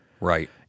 Right